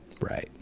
Right